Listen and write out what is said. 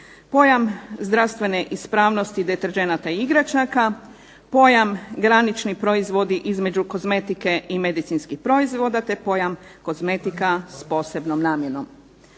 Pojam zdravstvene ispravnosti deterdženata i igračaka, pojam granični proizvodi između kozmetike i medicinskih proizvoda, te pojam kozmetika s posebnom namjenom.